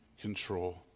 control